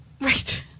Right